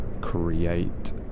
create